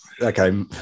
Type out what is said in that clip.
okay